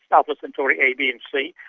alpha centauri a, b and c.